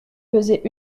peser